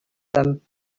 them